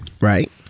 Right